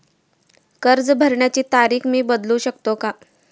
कर्ज भरण्याची तारीख मी बदलू शकतो का?